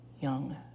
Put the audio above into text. young